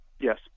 Yes